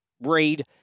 read